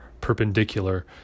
perpendicular